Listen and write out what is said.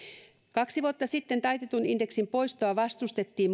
kaksi vuotta sitten taitetun indeksin poistoa vastustettiin